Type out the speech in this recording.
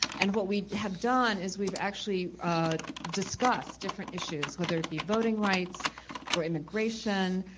and what we have done is we've actually discussed different issues, whether it be voting rights or immigration,